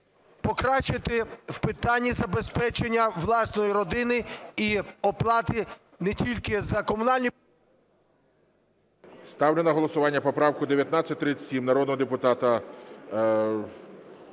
покращити в питанні забезпечення власної родини і оплати не тільки за комунальні… ГОЛОВУЮЧИЙ. Ставлю на голосування поправку 1937 народного депутата Скорика